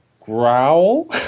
growl